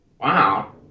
Wow